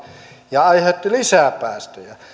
ja aiheuttivat lisää päästöjä